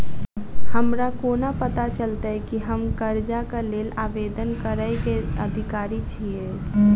हमरा कोना पता चलतै की हम करजाक लेल आवेदन करै केँ अधिकारी छियै?